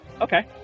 Okay